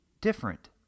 different